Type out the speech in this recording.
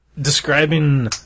describing